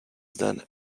then